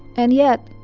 and yet,